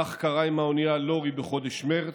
כך קרה עם האונייה לורי בחודש מרץ,